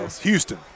Houston